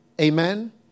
amen